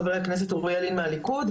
חבר הכנסת אוריאל לין מהליכוד,